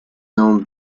known